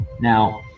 Now